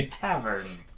tavern